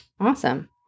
Awesome